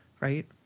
right